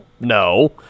no